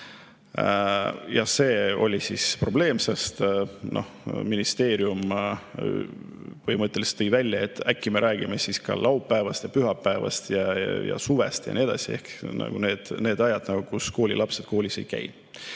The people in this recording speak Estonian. Ja see oli probleem, sest ministeerium põhimõtteliselt tõi välja, et äkki me räägime siis ka laupäevast ja pühapäevast ja suvest ja nii edasi ehk sellest ajast, kui koolilapsed koolis ei käi.